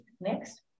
next